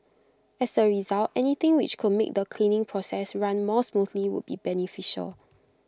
as A result anything which could make the cleaning process run more smoothly would be beneficial